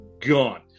gone